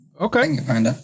okay